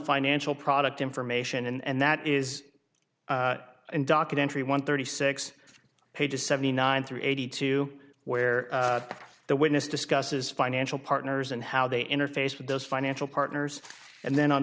financial product information and that is in documentary one thirty six pages seventy nine three eighty two where the witness discusses financial partners and how they interface with those financial partners and then on